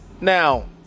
Now